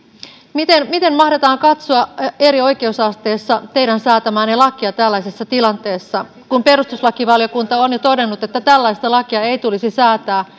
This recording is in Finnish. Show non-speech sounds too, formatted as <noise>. miten miten mahdetaan katsoa eri oikeusasteissa teidän säätämäänne lakia tällaisessa tilanteessa kun perustuslakivaliokunta on jo todennut että tällaista lakia ei tulisi säätää <unintelligible>